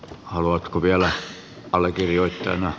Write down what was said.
haluan suuri kiitos